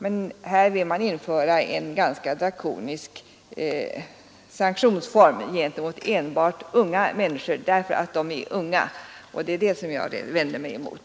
Men här vill man införa en drakonisk sanktion mot enbart unga människor, därför att de är unga. Det är det jag vänder mig emot